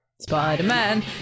Spider-Man